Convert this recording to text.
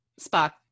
spock